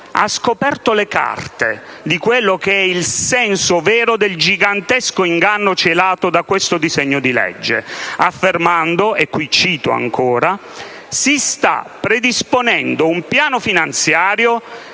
ha scoperto le carte di quello che è il senso vero del gigantesco inganno celato da questo disegno di legge, affermando - e qui cito ancora - che «si sta predisponendo un piano finanziario